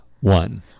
one